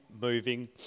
moving